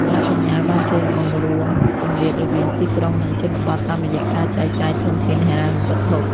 ប្រាក់បញ្ញើបានជួយបង្រួមគម្លាតរវាង "ទីក្រុង និងជនបទ" តាមរយៈការចែកចាយធនធានហិរញ្ញវត្ថុ។